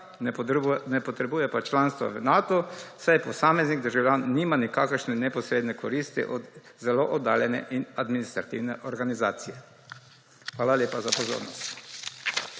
ne potrebuje pa članstva v Natu, saj posameznik državljan nima nikakršne neposredne koristi od zelo oddaljene in administrativne organizacije. Hvala lepa za pozornost.